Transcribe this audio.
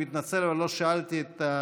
מתעכבת.